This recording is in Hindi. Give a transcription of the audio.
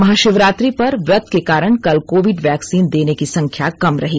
महाशिवरात्रि पर व्रत के कारण कल कोविड वैक्सीन देने की संख्या कम रही